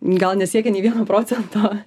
gal nesiekia nė vieno procento